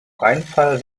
rheinfall